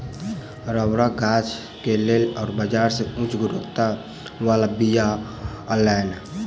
रबड़क गाछ के लेल ओ बाजार से उच्च गुणवत्ता बला बीया अनलैन